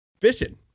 fishing